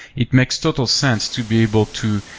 it makes total sense to be able to